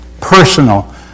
personal